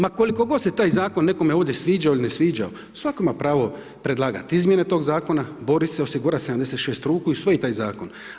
Ma koliko god se taj zakon nekome ovdje sviđao ili ne sviđao, svako ima pravo predlagat izmjene tog zakona, borit se osigurat 76 ruku i usvojit taj zakon.